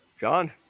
John